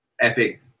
epic